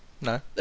No